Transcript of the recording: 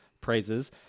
praises